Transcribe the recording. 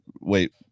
wait